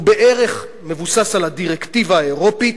הוא בערך מבוסס על הדירקטיבה האירופית,